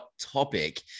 topic